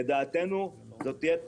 לדעתנו זאת תהיה טעות.